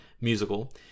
musical